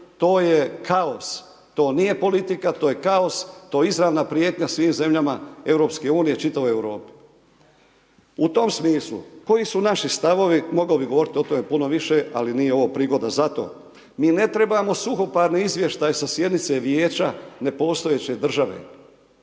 to je kaos. To nije politika, to je kaos, to je izravna prijetnja svim zemljama EU, čitavoj Europi. U tom smislu, koji su naši stavovi, mogao bi govoriti o tome puno više, ali nije ovo prigoda za to. Mi ne trebamo suhoparne izvještaje sa sjednice vijeća nepostojeće države,